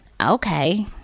okay